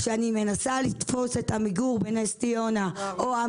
כשאני מנסה לתפוס את עמיגור בנס ציונה או את